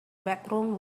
bedroom